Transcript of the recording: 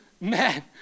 man